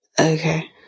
okay